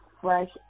fresh